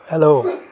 hello